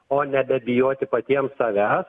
o nebebijoti patiems savęs